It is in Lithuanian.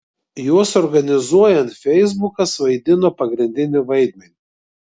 juos organizuojant feisbukas vaidino pagrindinį vaidmenį